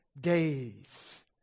days